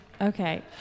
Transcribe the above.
Okay